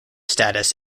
status